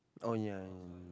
oh ya